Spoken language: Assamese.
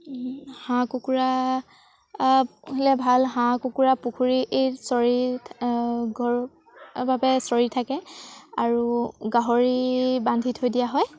হাঁহ কুকুৰা পুহিলে ভাল হাঁহ কুকুৰা পুখুৰীত চৰি ঘৰুৱাভাৱে চৰি থাকে আৰু গাহৰি বান্ধি থৈ দিয়া হয়